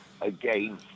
again